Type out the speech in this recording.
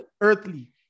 earthly